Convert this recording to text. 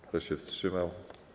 Kto się wstrzymał?